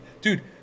dude